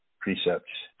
precepts